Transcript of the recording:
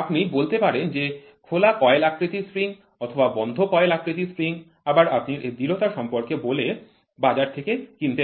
আপনি বলতে পারেন যে খোলা কয়েল আকৃতির স্প্রিং অথবা বন্ধ কয়েল আকৃতির স্প্রিং আবার আপনি এর দৃঢ়তা সম্পর্কে বলে বাজার থেকে কিনতে পারেন